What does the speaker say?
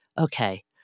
okay